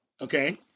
Okay